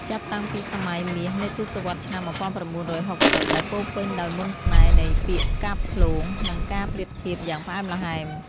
ចាប់តាំងពីសម័យមាសនៃទសវត្សរ៍ឆ្នាំ ១៩៦០ ដែលពោរពេញដោយមន្តស្នេហ៍នៃពាក្យកាព្យឃ្លោង និងការប្រៀបធៀបយ៉ាងផ្អែមល្ហែម ។